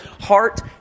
heart